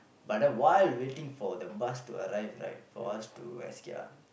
but then while waiting for the bus to arrive right for us to escape ah